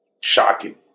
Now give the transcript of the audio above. Shocking